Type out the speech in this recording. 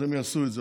אז הם יעשו את זה.